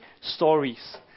stories